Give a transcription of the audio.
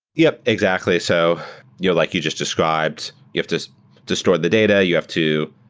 yup, exactly. so you know like you just described, you have to to store the data. you have to,